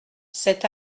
cet